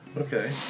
Okay